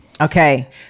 okay